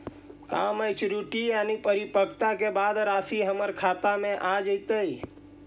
का मैच्यूरिटी यानी परिपक्वता के बाद रासि हमर खाता में आ जइतई?